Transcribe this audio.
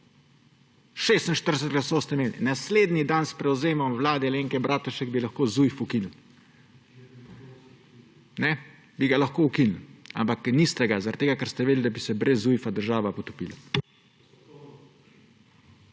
46 glasov ste imeli. Naslednji dan s prevzemom vlade Alenke Bratušek bi lahko Zujf ukinili. Bi ga lahko ukinili. Ampak niste ga zaradi tega, ker ste vedeli, da bi se brez Zujfa država potopila.